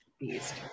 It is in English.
beast